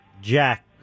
Jack